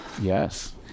Yes